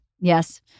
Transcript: Yes